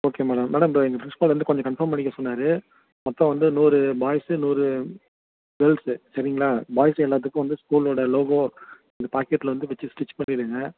okay madam madam இதோ எங்கள் principal வந்து கொஞ்சோம் கன்ஃபாம் பண்ணிக்க சொன்னார் மொத்தம் வந்து நூறு பாய்ஸ்சு நூறு கேர்ள்ஸ்சு சரிங்களா பாய்ஸ்சு எல்லாத்துக்கு வந்து ஸ்கூலோடய லோகோ வந்து பாக்கெட்டில் வந்து வைச்சு ஸ்டிச் பண்ணிடுங்க